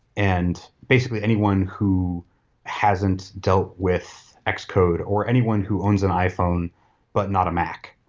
and basically, anyone who hasn't dealt with xcode or anyone who owns an iphone but not a mac,